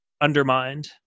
undermined